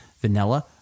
vanilla